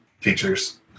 features